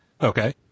Okay